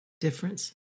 difference